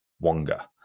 Wonga